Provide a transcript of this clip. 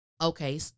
okay